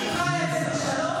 אני חיה עם זה בשלום.